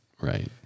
right